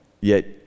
Yet